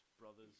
brothers